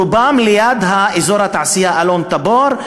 רובם ליד אזור התעשייה אלון-תבור,